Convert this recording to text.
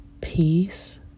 peace